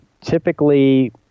typically